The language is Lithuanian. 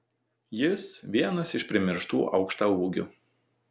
jis vienas iš primirštų aukštaūgių